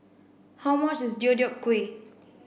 how much is Deodeok Gui